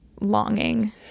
longing